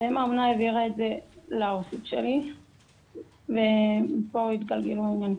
ואם האומנה העבירה את זה לעו"סית שלי ומפה התגלגלו העניינים.